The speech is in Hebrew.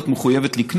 מקורות מחויבת לקנות,